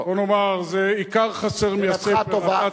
בוא נאמר, זה עיקר חסר מן הספר.